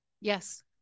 Yes